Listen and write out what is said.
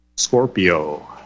scorpio